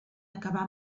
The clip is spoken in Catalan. acabar